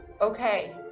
Okay